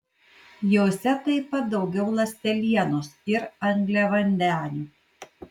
jose taip pat daugiau ląstelienos ir angliavandenių